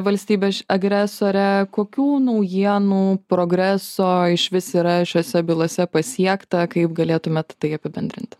valstybę ši agresorę kokių naujienų progreso išvis yra šiose bylose pasiekta kaip galėtumėt tai apibendrinti